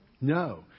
No